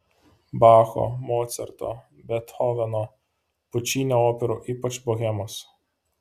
bacho mocarto bethoveno pučinio operų ypač bohemos